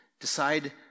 decide